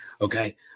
Okay